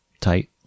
tight